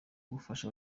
gufasha